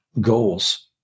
goals